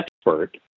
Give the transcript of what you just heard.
expert